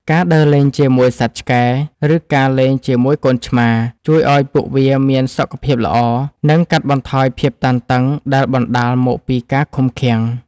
ការដើរលេងជាមួយសត្វឆ្កែ ឬការលេងជាមួយកូនឆ្មា ជួយឱ្យពួកវាមានសុខភាពល្អ និងកាត់បន្ថយភាពតានតឹងដែលបណ្ដាលមកពីការឃុំឃាំង។